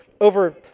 over